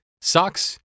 socks